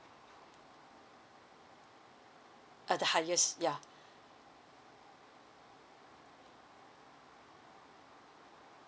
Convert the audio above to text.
uh the highest ya